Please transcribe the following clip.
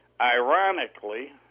ironically